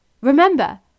Remember